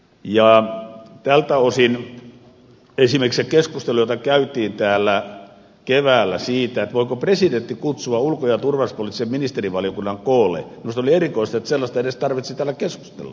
tältä osin esimerkiksi kun käytiin keskustelua täällä keväällä siitä voiko presidentti kutsua ulko ja turvallisuuspoliittisen ministerivaliokunnan koolle niin minusta oli erikoista että sellaisesta edes tarvitsi täällä keskustella